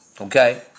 Okay